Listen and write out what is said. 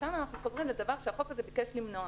וכאן אנחנו חוזרים לדבר שהחוק הזה ביקש למנוע.